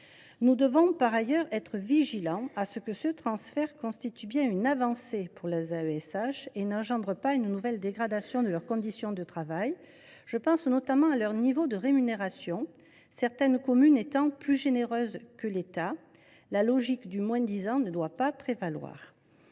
nous devons veiller à ce que ce transfert constitue bien une avancée pour les AESH et n’entraîne pas de nouvelles dégradations de leurs conditions de travail. Je pense notamment à leur niveau de rémunération, certaines communes étant plus généreuses que l’État. La logique du moins disant ne doit pas prévaloir.